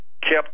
kept